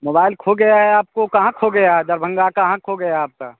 mobile खो गया है आपको कहाँ खो गया है दरभंगा कहाँ खो गया आपका